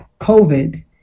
COVID